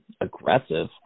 aggressive